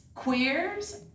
Queers